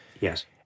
Yes